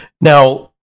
Now